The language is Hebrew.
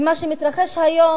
ומה שמתרחש היום,